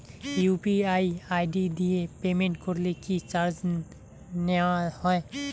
UPI ID দিয়ে payment করলে কি চার্জ নেয়া হয়?